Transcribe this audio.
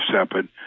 separate